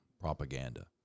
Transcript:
propaganda